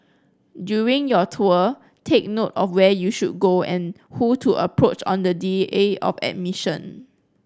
during your tour take note of where you should go and who to approach on the D A of admission